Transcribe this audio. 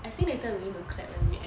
I think later we need to clap when we end